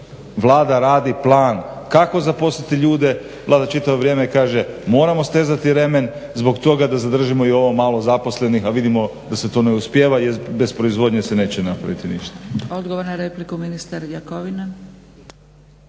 Vlada radi plan kako zaposliti ljude, Vlada čitavo vrijeme kaže moramo stezati remen zbog toga da zadržimo i ovo malo zaposlenih, a vidimo da se to ne uspijeva jer bez proizvodnje se neće napraviti ništa.